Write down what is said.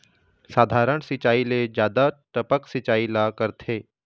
साधारण सिचायी ले जादा टपक सिचायी ला करथे